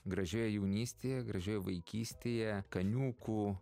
gražioje jaunystėje gražioje vaikystėje kaniūkų